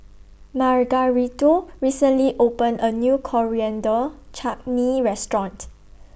Margarito recently opened A New Coriander Chutney Restaurant